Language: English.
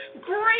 great